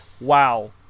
wow